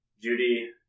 Judy